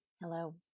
Hello